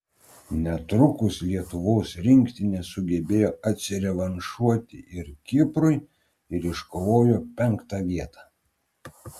netrukus lietuvos rinktinė sugebėjo atsirevanšuoti ir kiprui ir iškovojo penktą vietą